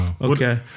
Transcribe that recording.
Okay